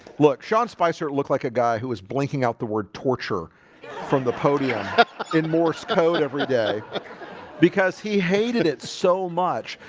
look sean spicer looked like a guy who was blinking out the word torture from the podium in morse code every day because he hated it so much.